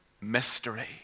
mystery